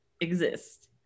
exist